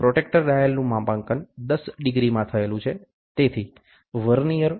protractor ડાયલનું માપાંકન દસ ડીગ્રીમાં થયેલું છે તેથી વર્નીઅર